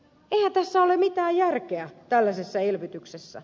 eihän tässä ole mitään järkeä tällaisessa elvytyksessä